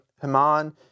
Haman